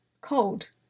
cold